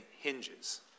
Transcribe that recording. hinges